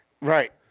right